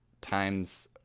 times